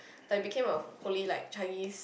like became like a fully like Chinese